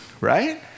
right